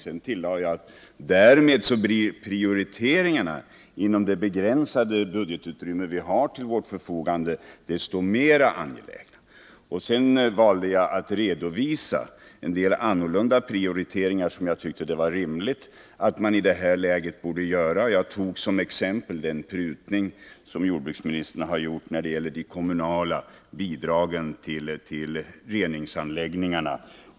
Sedan tillade jag att prioriteringarna os verksamhetsinom det begränsade budgetutrymme som står till vårt förfogande därmed område blir desto mera angelägna. Därefter valde jag att redovisa en del annorlunda prioriteringar, som enligt min mening rimligtvis borde göras i det här läget. Som exempel nämnde jag den prutning som jordbruksministern har gjort när det gäller de kommunala bidragen till reningsanläggningarna.